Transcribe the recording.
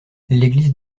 l’église